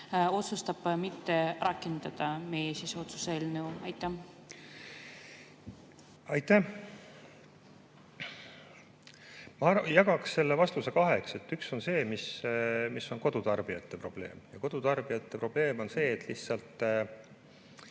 otsustab mitte rakendada meie otsuse eelnõu. Aitäh! Ma jagaksin selle vastuse kaheks. Üks on see, mis on kodutarbijate probleem. Kodutarbijate probleem on see, et lihtsalt